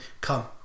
come